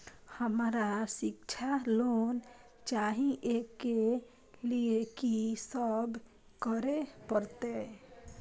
हमरा शिक्षा लोन चाही ऐ के लिए की सब करे परतै?